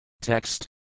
Text